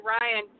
Ryan